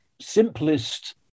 simplest